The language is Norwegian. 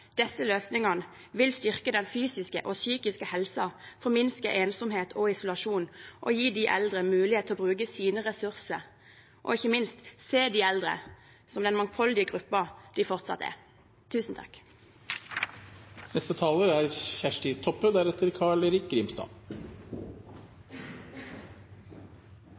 disse løsningene vil styrke den fysiske og psykiske helsa, minske ensomhet og isolasjon og gi de eldre mulighet til å bruke sine ressurser, og ikke minst se de eldre som den mangfoldige gruppen de fortsatt er.